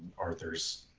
arthur's